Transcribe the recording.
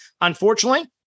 Unfortunately